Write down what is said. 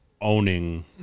owning